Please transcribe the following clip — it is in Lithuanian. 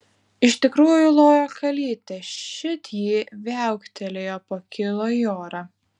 iš tikrųjų lojo kalytė šit ji viauktelėjo pakilo į orą